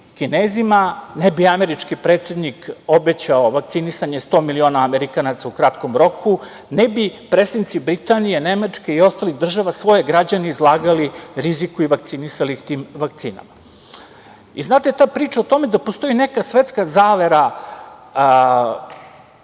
ne bi američki predsednik obećao vakcinisanje 100 miliona Amerikanaca u kratkom roku, ne bi predsednici Britanije, Nemačke i ostalih država svoje građane izlagali riziku i vakcinisali ih tim vakcinama. Znate, ta priča o tome da postoji neka svetska zavera